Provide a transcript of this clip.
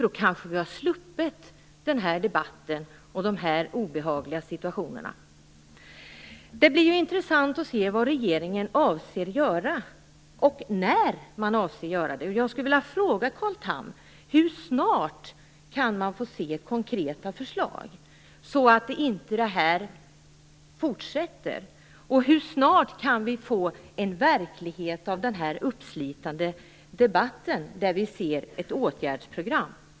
Då hade vi kanske sluppit den här debatten och de här obehagliga situationerna. Det blir intressant att se vad regeringen avser att göra och när man avser att göra det. Jag skulle vilja fråga Carl Tham: Hur snart kan man få se konkreta förslag så att inte det här fortsätter? Hur snart kan vi som en följd av den här uppslitande debatten i verkligheten få se ett åtgärdsprogram?